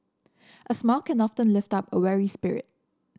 a smile can often lift up a weary spirit